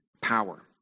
power